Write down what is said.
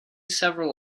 several